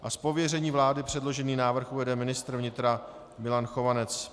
Z pověření vlády předložený návrh uvede ministr vnitra Milan Chovanec.